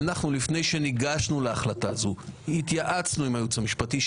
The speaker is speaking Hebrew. לפני שניגשנו להחלטה הזו התייעצנו עם הייעוץ המשפטי,